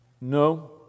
No